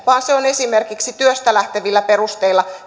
vaan se on esimerkiksi työstä lähtevillä perusteilla